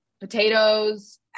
potatoes